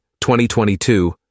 2022